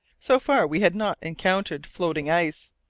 so far we had not encountered floating ice.